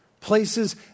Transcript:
Places